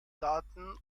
daten